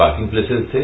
parking places थे